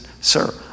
sir